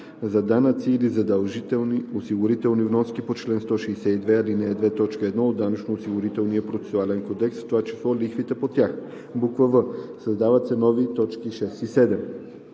за данъци или задължителни осигурителни вноски по чл. 162, ал. 2, т. 1 от Данъчно-осигурителния процесуален кодекс, в това число лихвите по тях“; в) създават се нови т. 6 и 7: